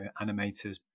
animators